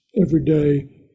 everyday